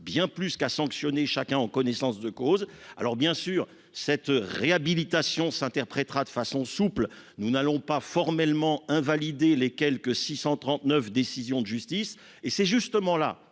bien plus qu'à sanctionner chacun en connaissance de cause. Alors bien sûr cette réhabilitation s'interprétera de façon souple, nous n'allons pas formellement invalidés les quelque 639 décisions de justice et c'est justement là